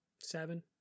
seven